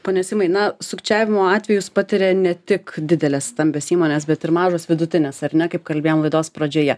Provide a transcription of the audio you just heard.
pone simai na sukčiavimo atvejus patiria ne tik didelės stambios įmonės bet ir mažos vidutinės ar ne kaip kalbėjom laidos pradžioje